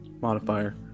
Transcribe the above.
modifier